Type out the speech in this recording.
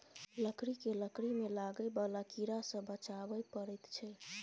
लकड़ी केँ लकड़ी मे लागय बला कीड़ा सँ बचाबय परैत छै